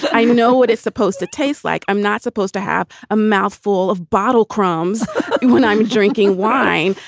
i know what it's supposed to taste like. i'm not supposed to have a mouthful of bottle crumbs when i'm drinking wine.